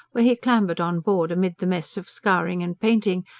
where he clambered on board amid the mess of scouring and painting,